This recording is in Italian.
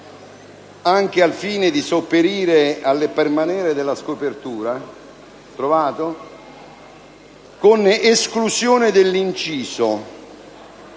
anche al fine di sopperire al permanere della scopertura», con esclusione dell'inciso: